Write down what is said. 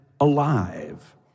alive